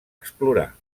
explorar